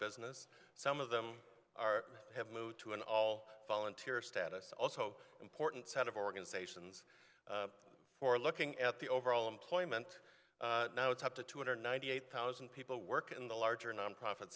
business some of them are have moved to an all volunteer status also important set of organizations or looking at the overall employment now it's up to two hundred ninety eight thousand people who work in the larger nonprofit